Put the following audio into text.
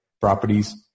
properties